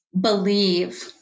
believe